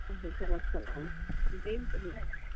جی sir آپ کا نام جی